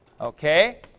Okay